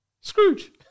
Scrooge